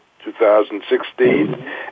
2016